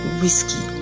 whiskey